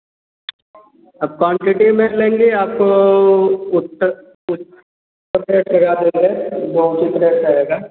अब क्वांटिटी में लेंगे आप उत्त उत रेट लगा देंगे जो उचित रेट रहेगा